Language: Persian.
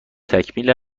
تکمیل